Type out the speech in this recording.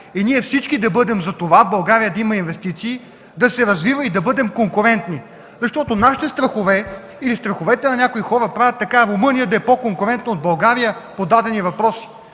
и ние всички да бъдем за това в България да има инвестиции, да се развива и да дадем конкурентни. Защото нашите страхове или страховете на някои хора правят така, че Румъния да е по-конкурентна от България по дадени въпроси,